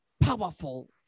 powerful